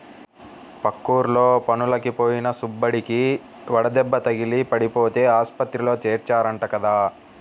పక్కూర్లో పనులకి పోయిన సుబ్బడికి వడదెబ్బ తగిలి పడిపోతే ఆస్పత్రిలో చేర్చారంట కదా